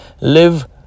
live